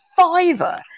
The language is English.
fiver